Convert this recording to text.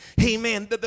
Amen